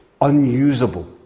unusable